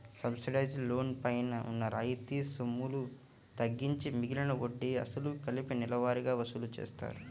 subsidised loan పైన రాయితీ సొమ్ములు తగ్గించి మిగిలిన వడ్డీ, అసలు కలిపి నెలవారీగా వసూలు చేస్తారు